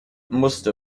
musste